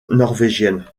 norvégienne